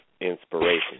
inspiration